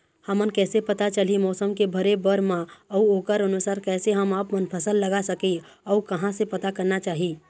हमन कैसे पता चलही मौसम के भरे बर मा अउ ओकर अनुसार कैसे हम आपमन फसल लगा सकही अउ कहां से पता करना चाही?